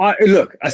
Look